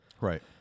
Right